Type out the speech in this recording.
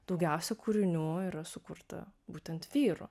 daugiausia kūrinių yra sukurta būtent vyrų